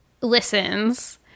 listens